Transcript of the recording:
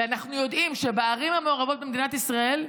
ואנחנו יודעים שבמדינת ישראל,